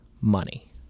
money